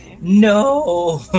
no